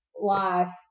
life